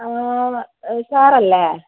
sir അല്ലേ